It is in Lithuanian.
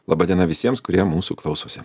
laba diena visiems kurie mūsų klausosi